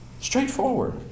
Straightforward